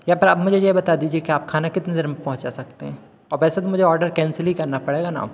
या तो आप मुझे यह बता दीजिए कि आप खाना कितनी देर में पहुँचा सकते हैं अब वैसे भी ऑर्डर कैन्सल करना पड़ेगा ना